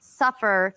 suffer